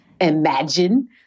imagine